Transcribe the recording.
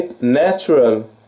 natural